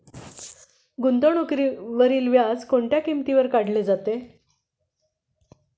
गुंतवणुकीवरील व्याज कोणत्या किमतीवर काढले जाते?